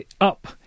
up